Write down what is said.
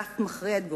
ואף מכריע את גורלם,